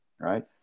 right